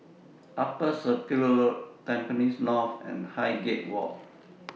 Upper Circular Road Tampines North and Highgate Walk